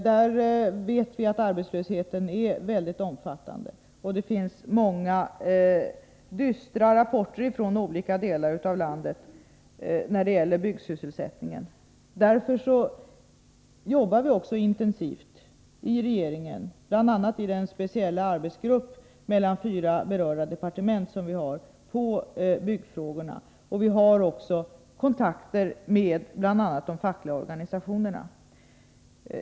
Vi vet att arbetslösheten där är mycket omfattande, och vi har många dystra rapporter från olika delar av landet när det gäller byggsysselsättningen. Därför arbetar vi inom regeringen intensivt med byggfrågorna, bl.a. i den speciella arbetsgrupp där företrädare för fyra berörda departement ingår. Vi har också kontakter med bl.a. de fackliga organisationerna.